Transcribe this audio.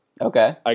Okay